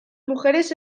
mujeres